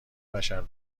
بشر